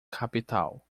capital